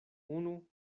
unu